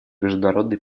международной